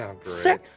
Sir